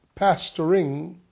pastoring